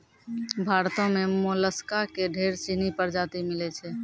भारतो में मोलसका के ढेर सिनी परजाती मिलै छै